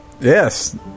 Yes